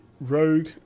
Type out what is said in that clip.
rogue